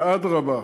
ואדרבה,